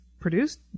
produced